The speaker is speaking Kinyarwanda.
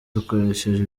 dukoresheje